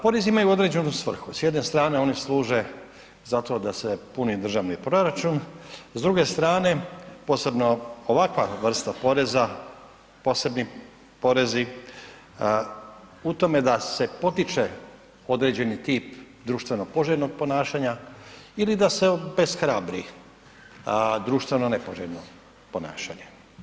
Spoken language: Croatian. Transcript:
Porezi imaju određenu svrhu, s jedne strane oni služe zato da se puni državni proračun, s druge strane, posebno ovakva vrsta poreza posebni porezi, u tome da se potiče određeni tip društveno poželjnog ponašanja ili da se obeshrabri društveno nepoželjno ponašanje.